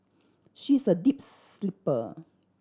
she's a deep sleeper